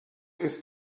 ist